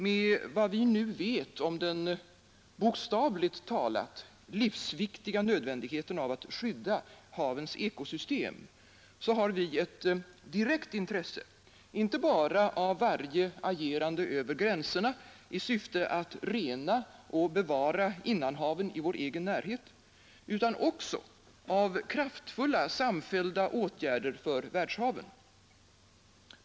Med tanke på vad vi nu vet om den bokstavligt talat livsviktiga nödvändigheten av att skydda havens ekosystem har vi ett direkt intresse, inte bara av varje agerande över gränserna i syfte att rena och bevara innanhaven i vår egen närhet utan också av kraftfulla samfällda åtgärder för världshaven.